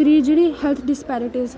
त्री जेह्ड़ी health disparities